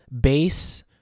base